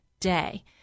day